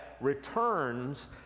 returns